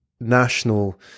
national